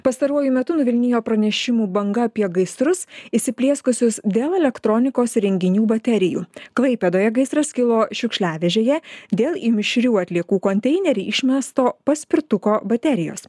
pastaruoju metu nuvilnijo pranešimų banga apie gaisrus įsiplieskusius dėl elektronikos įrenginių baterijų klaipėdoje gaisras kilo šiukšliadėžėje dėl į mišrių atliekų konteinerį išmesto paspirtuko baterijos